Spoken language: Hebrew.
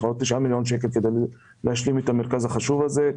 עוד 9 מיליון שקלים כדי להשלים את המרכז החשוב הזה.